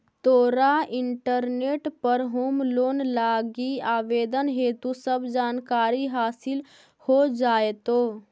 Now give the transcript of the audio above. तोरा इंटरनेट पर home loan लागी आवेदन हेतु सब जानकारी हासिल हो जाएतो